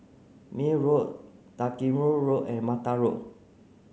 Mayne Road Dalkeith Road and Mata Road